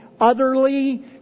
utterly